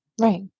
Right